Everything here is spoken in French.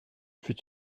fut